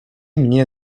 mnie